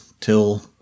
till